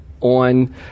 on